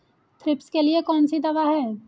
Thrips के लिए कौन सी दवा है?